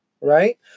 Right